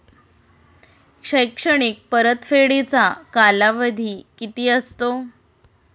शैक्षणिक परतफेडीचा कालावधी किती असतो?